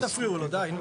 אל תפריעו לו, די.